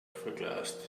verglast